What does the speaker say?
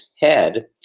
head